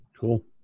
cool